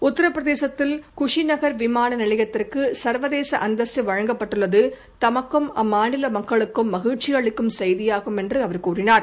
உத்தரபிரதேசத்தில் குஷிநகர் விமான நிலையத்திற்கு சுர்வதேச அந்தஸ்து வழங்கப்பட்டுள்ளது தமக்கும் அம்மாநில மக்களுக்கும் மகிழ்ச்சியளிக்கும் செய்தியாகும் என்று அவர் கூறினார்